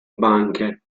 banche